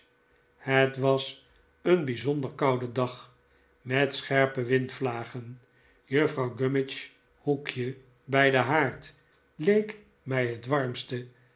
het was een bijzonder koude dag met scherpe windvlagen juffrouw gummidge's hoekje bij den haard leek mij het warmste